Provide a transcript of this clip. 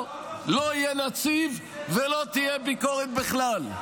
או לא יהיה נציב ולא תהיה ביקורת בכלל.